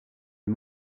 est